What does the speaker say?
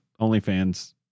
OnlyFans